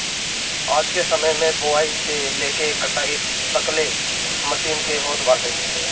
आजके समय में बोआई से लेके कटाई तकले मशीन के होत बाटे